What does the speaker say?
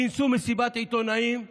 כינסו מסיבת עיתונאים ואמרו: